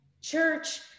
church